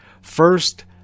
first